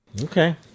Okay